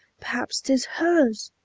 perhaps t is hers!